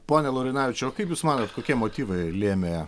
pone laurinavičiau kaip jūs manot kokie motyvai lėmė